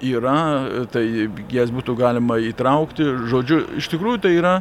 yra tai jas būtų galima įtraukti žodžiu iš tikrųjų tai yra